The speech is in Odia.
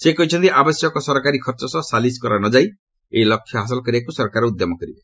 ସେ କହିଛନ୍ତି ଆବଶ୍ୟକ ସରକାରୀ ଖର୍ଚ୍ଚ ସହ ସାଲିସ୍ କରା ନ ଯାଇ ଏହି ଲକ୍ଷ୍ୟ ହାସଲ କରିବାକୁ ସରକାର ଉଦ୍ୟମ କରିବେ